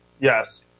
Yes